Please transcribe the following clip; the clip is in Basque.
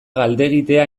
galdegitea